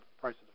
prices